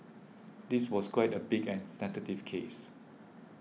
this was quite a big and sensitive case